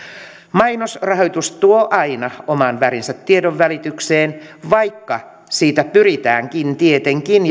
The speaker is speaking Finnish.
mainosrahoitus tuo aina oman värinsä tiedonvälitykseen vaikka siitä pyritäänkin tietenkin